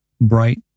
Bright